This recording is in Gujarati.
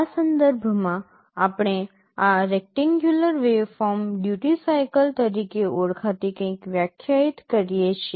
આ સંદર્ભમાં આપણે આ રેકટેનગ્યુલર વેવફોર્મ ડ્યૂટિ સાઇકલ તરીકે ઓળખાતી કંઈક વ્યાખ્યાયિત કરીએ છીએ